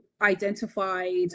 identified